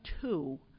two